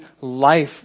life